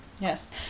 Yes